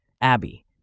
Abby